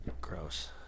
Gross